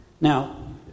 Now